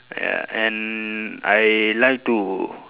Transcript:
ya and I like to